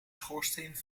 schoorsteen